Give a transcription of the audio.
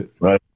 right